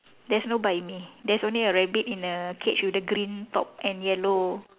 there's no buy me there's only a rabbit in a cage with the green top and yellow